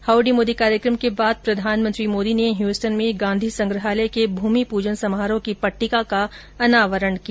howdy Modi कार्यक्रम के बाद प्रधानमंत्री मोदी ने ह्यूस्टन में गांधी संग्रहालय के भूमि पूजन समारोह की पट्टिका का अनावरण किया